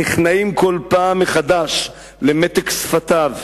נכנעים כל פעם מחדש למתק שפתיו,